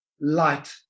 light